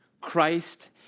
Christ